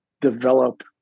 develop